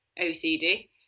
OCD